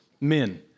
men